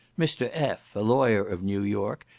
mr. f, a lawyer of new york,